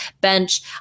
Bench